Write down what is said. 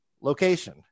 location